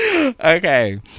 okay